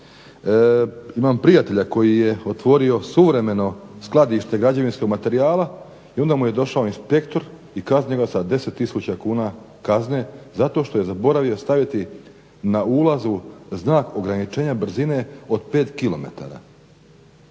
Imam prijatelja koji je otvorio suvremeno skladište građevinskog materijala i onda mu je došao inspektor i kaznio ga sa 10 tisuća kuna kazne zato što je zaboravio staviti na ulazu znak ograničenja brzine od 5km.